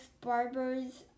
barbers